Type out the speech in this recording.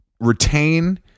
retain